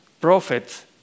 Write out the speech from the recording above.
prophets